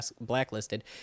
blacklisted